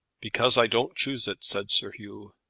because i don't choose it, said sir hugh.